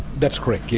that's correct, yes,